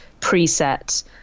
preset